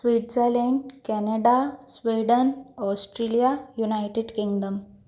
Switzerland Canada Sweden Australia United Kingdom